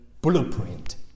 blueprint